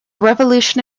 revolution